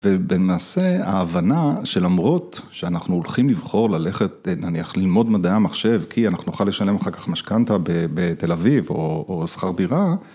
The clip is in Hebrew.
ובמעשה ההבנה שלמרות שאנחנו הולכים לבחור ללכת נניח ללמוד מדעי המחשב כי אנחנו נוכל לשלם אחר כך משכנתא בתל אביב או שכר דירה.